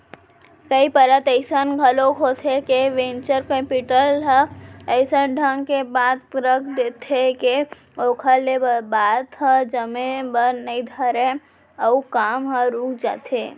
कई परत अइसन घलोक होथे के वेंचर कैपिटल ह अइसन ढंग के बात रख देथे के ओखर ले बात ह जमे बर नइ धरय अउ काम ह रुक जाथे